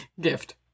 gift